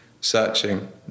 searching